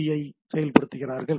பிஐ செயல்படுத்துகிறார்கள்